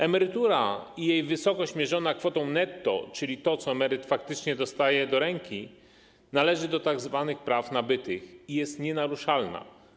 Emerytura i jej wysokość mierzona kwotą netto, czyli to, co emeryt faktycznie dostaje do ręki, należy do tzw. praw nabytych i jest nienaruszalna.